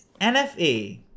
NFA